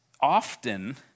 often